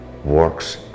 works